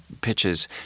pitches